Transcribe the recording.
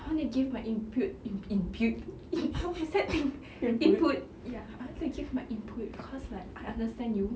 I want to give my input input how you said input ya I want to give my input cause like I understand you